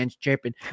champion